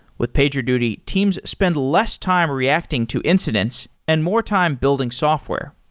with pagerduty, teams spend less time reacting to incidents and more time building software.